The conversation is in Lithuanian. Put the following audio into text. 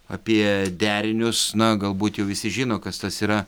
apie derinius na galbūt jau visi žino kas tas yra